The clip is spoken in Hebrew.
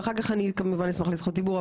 ואחר כך אני כמובן אשמח לזכות דיבור,